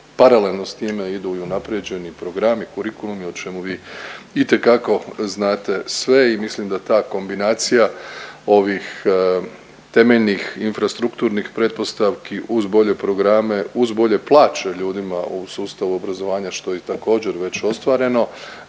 paralelno s time idu i unaprijeđeni programi, kurikulumi o čemu vi itekako znate sve i mislim da ta kombinacija ovih temeljnih infrastrukturnih pretpostavki uz bolje programe, uz bolje plaće ljudima u sustavu obrazovanja što je također već ostvareno,